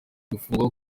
gufungwa